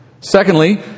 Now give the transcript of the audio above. Secondly